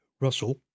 Russell